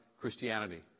Christianity